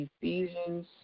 Ephesians